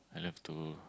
I love to